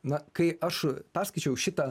na kai aš perskaičiau šitą